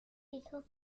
hijos